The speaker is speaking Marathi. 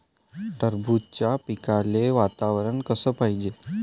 टरबूजाच्या पिकाले वातावरन कस पायजे?